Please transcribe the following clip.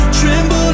tremble